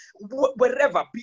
wherever